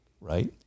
Right